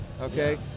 Okay